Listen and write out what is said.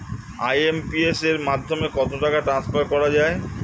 IMPS এর মাধ্যমে কত টাকা ট্রান্সফার করা যায়?